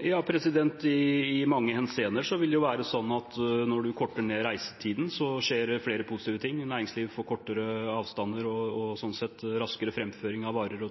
i mange henseender vil det være slik at når man korter ned reisetiden, skjer det flere positive ting. Næringslivet får kortere avstander og slik sett raskere framføring av varer og